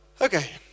Okay